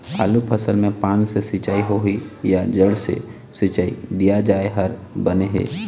आलू फसल मे पान से सिचाई होही या जड़ से सिचाई दिया जाय हर बने हे?